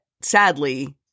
sadly